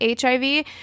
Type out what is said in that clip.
HIV